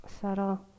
subtle